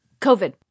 COVID